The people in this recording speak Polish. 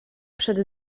przed